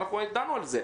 דנו על זה,